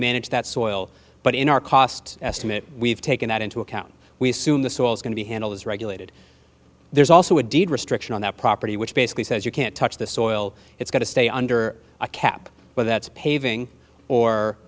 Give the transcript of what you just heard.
manage that soil but in our cost estimate we've taken that into account we assume the soil is going to handle is regulated there's also a deed restriction on that property which basically says you can't touch the soil it's got to stay under a cap well that's paving or